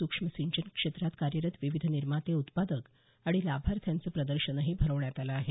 सुक्ष्म सिंचन क्षेत्रात कार्यरत विविध निर्माते उत्पादक आणि लाभार्थ्यांचं प्रदर्शनही भरवण्यात आलं आहे